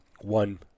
one